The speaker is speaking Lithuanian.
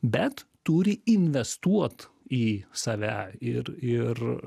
bet turi investuot į save ir ir